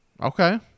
Okay